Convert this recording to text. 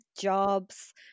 jobs